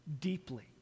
deeply